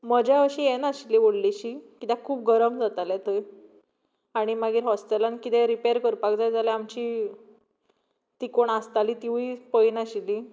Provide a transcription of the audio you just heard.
मजा अशी येय नाशिल्ली व्हडलीशी किद्याक खूब गरम जातालें थंय आनी मागीर हॉस्टॅलांत किदेंय रिपैर करपाक जाय जाल्यार आमची ती कोण आसताली तिवूय पळय नाशिल्ली